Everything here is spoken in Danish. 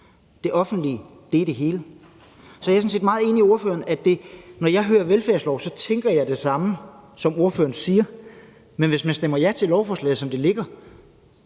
Det offentlige er det hele. Så jeg er sådan set meget enig med ordføreren. Når jeg hører ordet velfærdslov, tænker jeg det samme, som ordførerens siger, men hvis man stemmer ja til lovforslaget, som det ligger,